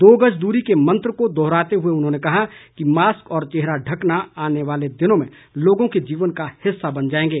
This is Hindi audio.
दो गज दूरी के मंत्र को दोहराते हुए उन्होंने कहा कि मास्क और चेहरा ढकना आने वाले दिनों में लोगों के जीवन का हिस्सा बन जाएंगे